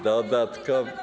Dodatkowe.